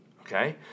okay